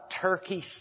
Turkey